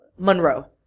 Monroe